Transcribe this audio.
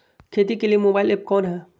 खेती के लिए मोबाइल ऐप कौन है?